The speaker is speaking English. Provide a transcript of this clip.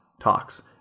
talks